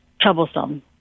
troublesome